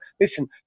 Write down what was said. listen